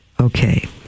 Okay